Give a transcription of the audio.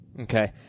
Okay